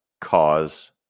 cause